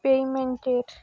পেইমেন্টের